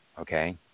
Okay